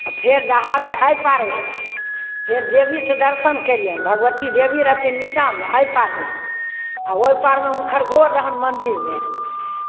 आ फेर जहाजसँ एहि पार एलियै फेर देवीसँ दर्शन केलियनि भगवती देवी रहथिन नीचाँमे एहि पारमे आ ओहि पारमे हुनकर गोड़ रहनि मन्दिरमे